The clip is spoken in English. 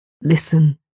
Listen